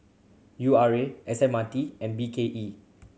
U R A S M R T and B K E